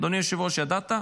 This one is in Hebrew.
אדוני היושב-ראש, ידעת?